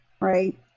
Right